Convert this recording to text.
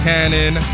Canon